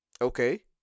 Okay